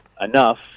enough